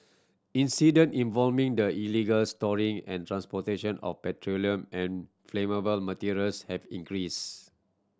incident the illegal storing and transportation of petroleum and flammable materials have increased